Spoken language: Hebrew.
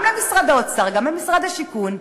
גם למשרד האוצר, גם למשרד השיכון,